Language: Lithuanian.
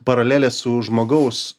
paralelės su žmogaus